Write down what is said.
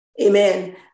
amen